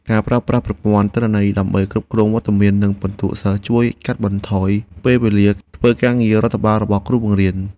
ការប្រើប្រាស់ប្រព័ន្ធទិន្នន័យដើម្បីគ្រប់គ្រងវត្តមាននិងពិន្ទុសិស្សជួយកាត់បន្ថយពេលវេលាធ្វើការងាររដ្ឋបាលរបស់គ្រូបង្រៀន។